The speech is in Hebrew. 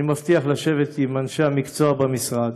אני מבטיח לשבת עם אנשי המקצוע במשרד,